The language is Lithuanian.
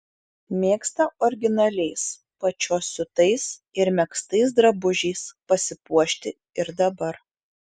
mėgsta originaliais pačios siūtais ir megztais drabužiais pasipuošti ir dabar